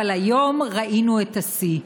אבל היום ראינו את השיא: